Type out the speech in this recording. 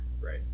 right